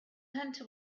hunter